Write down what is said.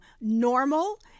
normal